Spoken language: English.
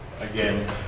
again